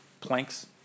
planks